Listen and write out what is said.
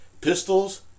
pistols